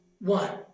one